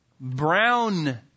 brown